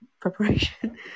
preparation